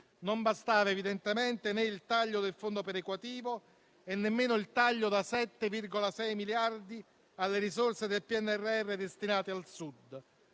Non bastavano, evidentemente, né il taglio del fondo perequativo e nemmeno il taglio da 7,6 miliardi alle risorse del PNRR destinate al Sud.